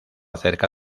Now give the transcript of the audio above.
cerca